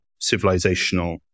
civilizational